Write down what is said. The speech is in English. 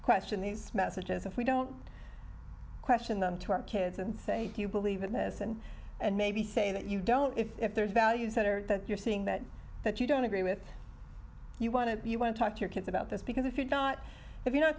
question these messages if we don't question them to our kids and say do you believe in this and and maybe say that you don't if there's values that are that you're seeing that that you don't agree with you want to you want to talk to your kids about this because if you're not if you're